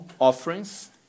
offerings